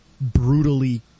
brutally